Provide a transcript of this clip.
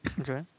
Okay